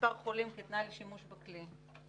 מספר חולים כתנאי לשימוש בכלי.